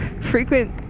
frequent